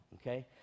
okay